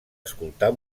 escoltar